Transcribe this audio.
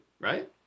right